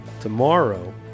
Tomorrow